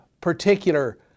particular